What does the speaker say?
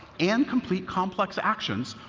and complete complex actions,